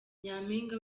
nyampinga